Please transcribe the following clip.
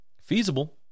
feasible